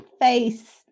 face